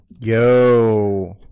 yo